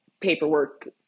paperwork